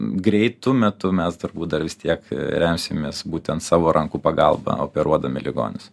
greitu metu mes turbūt dar vis tiek remsimės būtent savo rankų pagalba operuodami ligonius